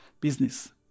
business